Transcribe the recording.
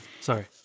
Sorry